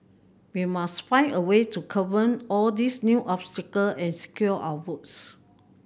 we must find a way to all these new obstacle and secure our votes